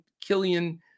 Killian